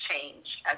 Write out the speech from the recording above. change